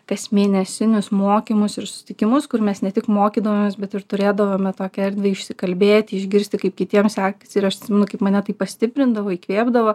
kasmėnesinius mokymus ir susitikimus kur mes ne tik mokydavomės bet ir turėdavome tokią erdvę išsikalbėti išgirsti kaip kitiems sekasi ir atsimenu kaip mane tai pastiprindavo įkvėpdavo